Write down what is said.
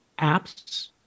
apps